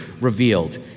revealed